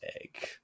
egg